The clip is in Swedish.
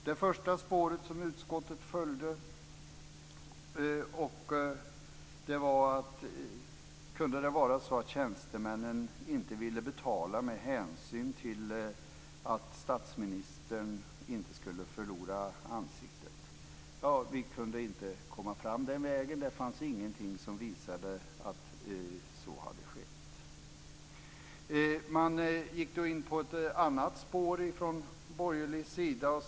Det första spåret som utskottet följde var: Kunde det vara så att tjänstemännen inte ville betala med hänsyn till att statsministern inte skulle förlora ansiktet? Vi kunde inte komma fram den vägen. Det fanns ingenting som visade att så hade skett. Man gick då från borgerlig sida in på ett annat spår.